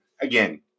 Again